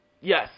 Yes